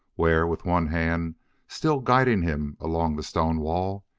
where, with one hand still guiding him along the stone wall,